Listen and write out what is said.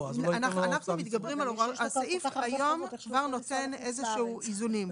הסעיף היום קובע איזונים.